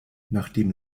nachdem